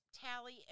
tally